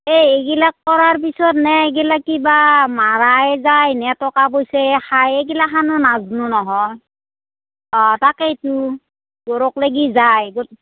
এ এইগিলাক কৰাৰ পিছত নে এইগিলাক কিবা মাৰাই যায় নে টকা পইচাইয়ে খায় এইগিলাখানো নাজনো নহয় অঁ তাকেইতো যায়